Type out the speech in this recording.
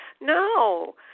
No